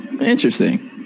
interesting